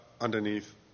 underneath